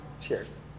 Cheers